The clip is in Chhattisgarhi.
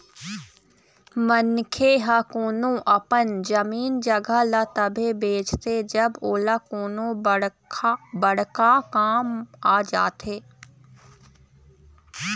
मनखे ह कोनो अपन जमीन जघा ल तभे बेचथे जब ओला कोनो बड़का काम आ जाथे